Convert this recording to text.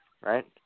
right